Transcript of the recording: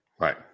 Right